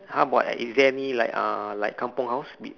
how about is there any like uh like kampung house